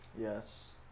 Yes